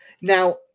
Now